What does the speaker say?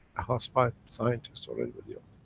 a housewife, a scientist, or anybody else.